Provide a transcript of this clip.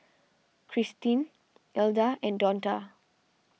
Cristine Ilda and Donta